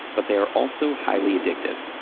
but they are also highly addictive.